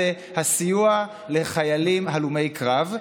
הסיוע לחיילים הלומי קרב,